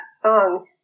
song